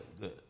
good